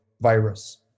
virus